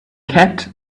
kept